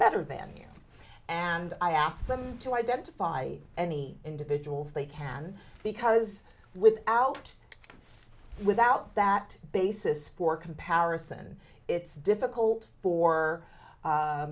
better than you and i ask them to identify any individuals they can because without it without that basis for comparison it's difficult for